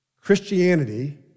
Christianity